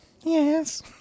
Yes